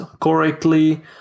correctly